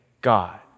God